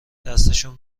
دستشون